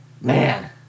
man